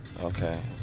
Okay